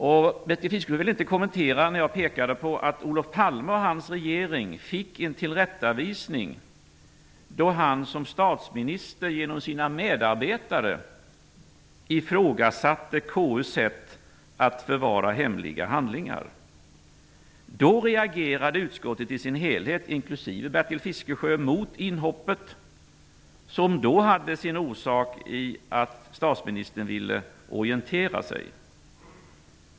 Bertil Fiskesjö ville inte kommentera mitt påpekande om att Olof Palme och hans regering fick en tillrättavisning då han som statsminister genom sina medarbetare ifrågasatte KU:s sätt att förvara hemliga handlingar. Då reagerade utskottet i sin helhet, inklusive Bertil Fiskesjö, mot inhoppet som hade sin orsak i att statsministern ville orientera sig.